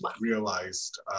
realized